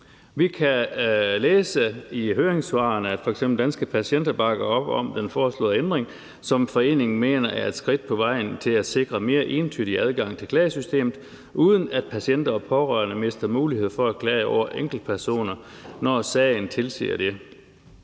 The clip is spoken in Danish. Vi kan læse af høringssvarene, at f.eks. Danske Patienter bakker op om den foreslåede ændring, som foreningen mener er et skridt på vejen til at sikre mere entydig adgang til klagesystemet, uden at patienter og pårørende mister muligheder for at klage over enkeltpersoner, når sagen tilsiger det.